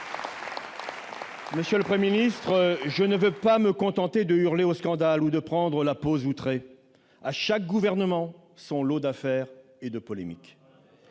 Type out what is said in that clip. Monsieur le Premier ministre, je ne veux pas me contenter de hurler au scandale ou de prendre la pose outrée : à chaque gouvernement son lot d'affaires et de polémiques.